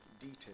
detail